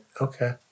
Okay